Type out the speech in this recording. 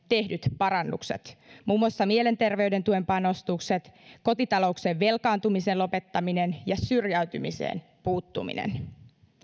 tehdyt parannukset muun muassa mielenterveyden tuen panostukset kotitalouksien velkaantumisen lopettaminen ja syrjäytymiseen puuttuminen